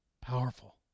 Powerful